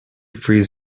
frees